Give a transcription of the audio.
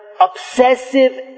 obsessive